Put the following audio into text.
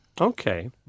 Okay